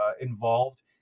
involved